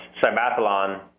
Cybathlon